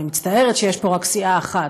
אני מצטערת שיש פה רק סיעה אחת,